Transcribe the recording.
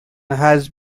has